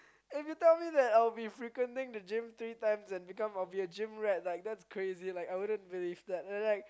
if you tell me that I would be frequenting the gym three times and become of the gym rep like that's crazy like I wouldn't believe that and then like